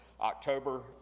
October